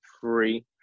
free